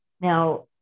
Now